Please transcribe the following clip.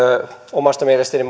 omasta mielestäni